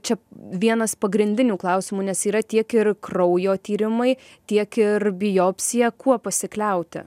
čia vienas pagrindinių klausimų nes yra tiek ir kraujo tyrimai tiek ir biopsija kuo pasikliauti